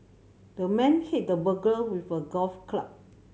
the man hit the burglar with a golf club